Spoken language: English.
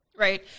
Right